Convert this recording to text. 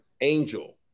Angel